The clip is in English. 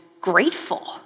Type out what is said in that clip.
grateful